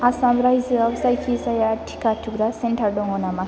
आसाम रायजोआव जायखिजाया टिका थुग्रा सेन्टार दङ नामा